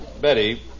Betty